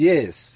Yes